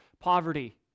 poverty